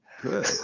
Good